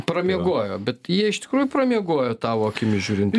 pramiegojo bet jie iš tikrųjų pramiegojo tavo akimis žiūrint